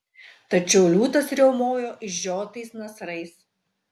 tačiau liūtas riaumojo išžiotais nasrais